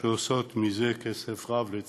שעושות מזה כסף רב, לצערי.